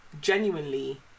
genuinely